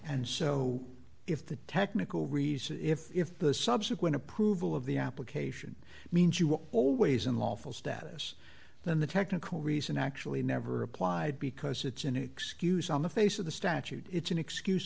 and so if the technical reason if if the subsequent approval of the application means you were always unlawful status then the technical reason actually never applied because it's an excuse on the face of the statute it's an excuse